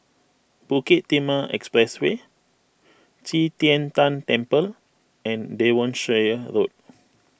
Bukit Timah Expressway Qi Tian Tan Temple and Devonshire Road